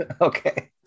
Okay